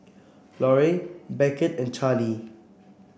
Larue Beckett and Charley